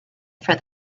for